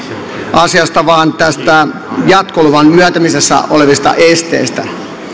asiasta vaan näistä jatkoluvan myöntämisessä olevista esteistä